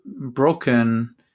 broken